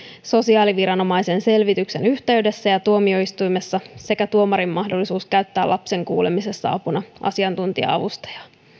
sosiaaliviranomaisen selvityksen yhteydessä ja tuomioistuimessa sekä tuomarin mahdollisuus käyttää lapsen kuulemisessa apuna asiantuntija avustajaa myöskin